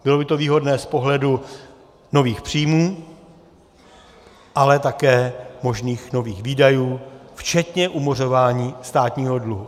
Bylo by to výhodné z pohledu nových příjmů, ale také možných nových výdajů včetně umořování státního dluhu.